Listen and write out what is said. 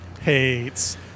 hates